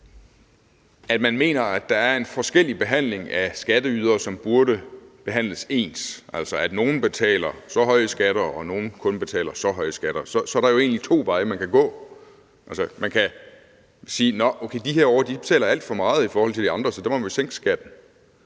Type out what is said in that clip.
man konstaterer, at der er en forskellig behandling af skatteydere, som burde behandles ens, altså at nogle betaler så og så høje skatter, mens andre betaler lavere skatter, er der egentlig to veje, man kan gå. Man kan sige: Okay, de der betaler alt for meget i forhold til de andre, så der må vi sænke skatten.